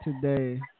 today